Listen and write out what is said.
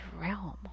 realm